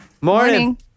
Morning